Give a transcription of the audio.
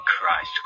Christ